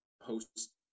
post